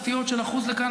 סטיות של אחוז לכאן,